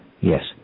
Yes